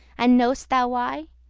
and know'st thou why?